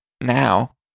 Now